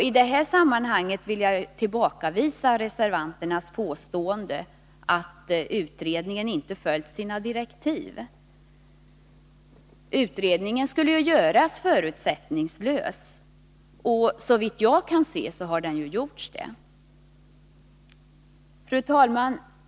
I det här sammanhanget vill jag tillbakavisa reservanternas påstående att utredningen inte följt sina direktiv. Utredningen skulle göras förutsättningslös, och såvitt jag kan förstå har så även skett. Fru talman!